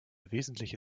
wesentliche